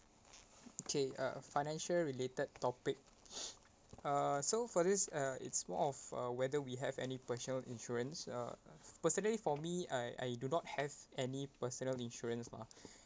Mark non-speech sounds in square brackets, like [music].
okay uh financial related topic [noise] uh so for this uh it's more of uh whether we have any personal insurance uh personally for me I I do not have any personal insurance lah